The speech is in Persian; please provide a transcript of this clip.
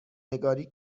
نگاری